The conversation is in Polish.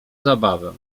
zabawę